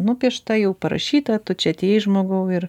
nupiešta jau parašyta tu čia atėjai žmogau ir